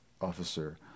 officer